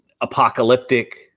apocalyptic